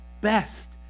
Best